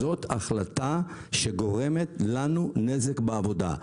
זאת החלטה שגורמת לנו נזק בעבודה.